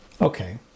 Okay